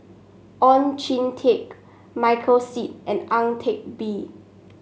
Oon Jin Teik Michael Seet and Ang Teck Bee